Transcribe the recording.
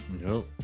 no